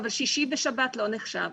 אבל שישי ושבת לא נחשב.."